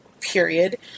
period